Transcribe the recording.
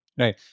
Right